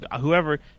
whoever